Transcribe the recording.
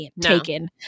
taken